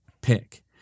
pick